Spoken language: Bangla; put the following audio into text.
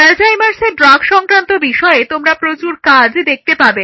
অ্যালজাইমার্সের ড্রাগ সংক্রান্ত বিষয়ে তোমরা প্রচুর কাজ দেখতে পাবে